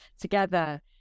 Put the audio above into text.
together